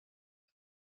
چرا